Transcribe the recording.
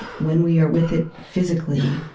when we are with it physically,